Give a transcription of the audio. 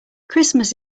christmas